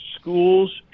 schools